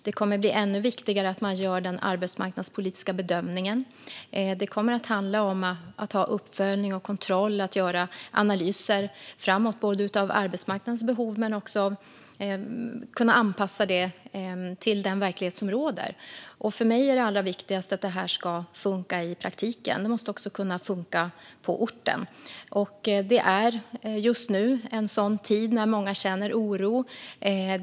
Det kommer att bli ännu viktigare att man gör den arbetsmarknadspolitiska bedömningen. Det kommer att handla om att ha uppföljning och kontroll samt om att göra analyser av arbetsmarknadens kommande behov och om att kunna anpassa detta till den verklighet som råder. För mig är det allra viktigaste att detta ska funka i praktiken. Det måste också kunna funka på orten. Detta är en tid då många känner oro.